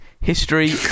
History